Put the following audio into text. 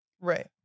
Right